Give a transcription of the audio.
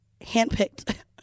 handpicked